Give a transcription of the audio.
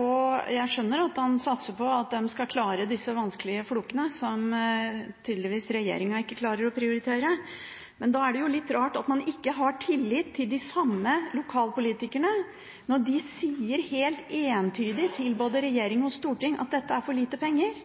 og jeg skjønner at han satser på at de skal klare disse vanskelige flokene som regjeringen tydeligvis ikke klarer å prioritere. Men da er det litt rart at man ikke har tillit til de samme lokalpolitikerne når de sier helt entydig til både regjering og storting at dette er for lite penger,